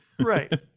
Right